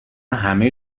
همه